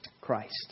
Christ